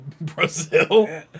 Brazil